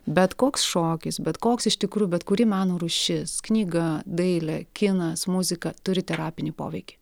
bet koks šokis bet koks iš tikrų bet kuri meno rūšis knyga dailė kinas muzika turi terapinį poveikį